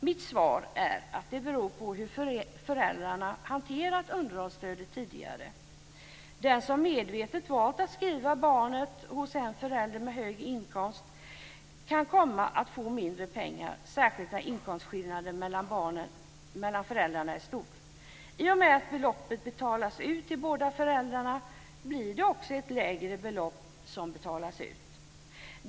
Mitt svar är att det beror på hur föräldrarna har hanterat underhållsstödet tidigare. Den som medvetet valt att skriva barnet hos en förälder med hög inkomst kan komma att få mindre pengar, särskilt när inkomstskillnaden mellan föräldrarna är stor. I och med att beloppet betalas ut till båda föräldrarna blir det också ett lägre belopp som betalas ut.